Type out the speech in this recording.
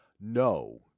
no